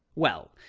well,